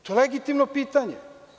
Toje legitimno pitanje.